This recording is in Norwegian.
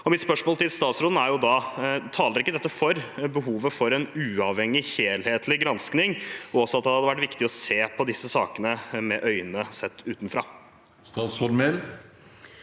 Mitt spørsmål til statsråden er da: Taler ikke dette for behovet for en uavhengig, helhetlig gransking, og at det hadde vært viktig å se på disse sakene utenfra, med nye øyne? Statsråd